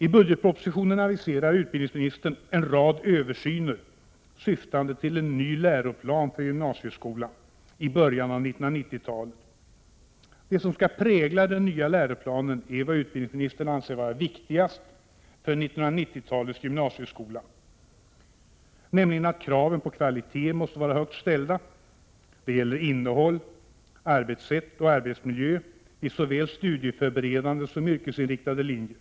I budgetpropositionen aviserar utbildningsministern en rad översyner syftande till en ny läroplan för gymnasieskolan i början av 1990-talet. Det som skall prägla den nya läroplanen är vad utbildningsministern anser vara viktigast för 1990-talets gymnasieskola, nämligen att kraven på kvalitet måste vara högt ställda. Det gäller innehåll, arbetssätt och arbetsmiljö vid såväl studieförberedande som yrkesinriktade linjer.